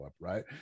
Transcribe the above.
right